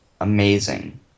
Amazing